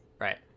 Right